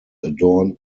adorned